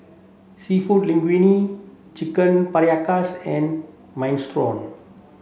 seafood Linguine Chicken Paprikas and Minestrone